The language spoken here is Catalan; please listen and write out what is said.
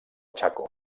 chaco